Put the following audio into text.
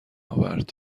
آورد